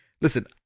Listen